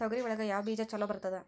ತೊಗರಿ ಒಳಗ ಯಾವ ಬೇಜ ಛಲೋ ಬರ್ತದ?